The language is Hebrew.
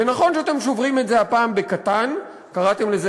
ונכון שאתם שוברים את זה הפעם בקטן, קראתם לזה